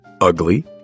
ugly